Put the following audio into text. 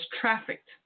trafficked